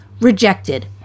rejected